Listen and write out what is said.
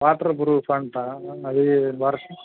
water proof అంటా అది